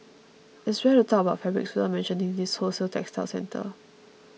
it's rare to talk about fabrics without mentioning this wholesale textile centre